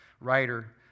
writer